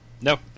No